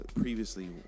previously